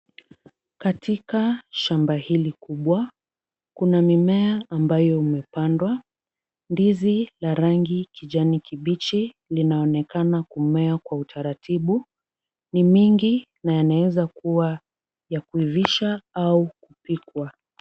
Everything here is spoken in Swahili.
Katika shamba hili kubwa kuna mimea ambayo imepandwa, ndizi ya rangi ya kijani kibichi linaonekana kumea kwa utaratibu. Ni mingi na yanaeza kua ya kuivisha au kupikwa.